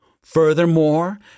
Furthermore